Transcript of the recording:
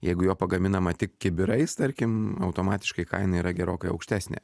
jeigu jo pagaminama tik kibirais tarkim automatiškai kaina yra gerokai aukštesnė